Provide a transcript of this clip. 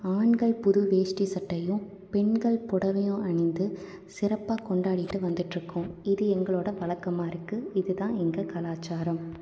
ஆண்கள் புது வேட்டி சட்டையும் பெண்கள் புடவையும் அணிந்து சிறப்பாக கொண்டாடிகிட்டு வந்துகிட்ருக்கோம் இது எங்களோடய வழக்கமாக இருக்குது இதுதான் எங்கள் கலாச்சாரம்